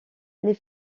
les